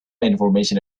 information